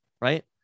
Right